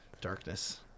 darkness